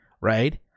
right